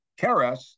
keres